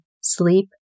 sleep